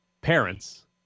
parents